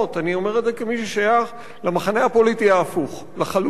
אני אומר את זה כמי ששייך למחנה הפוליטי ההפוך לחלוטין.